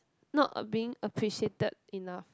not a being appreciated in a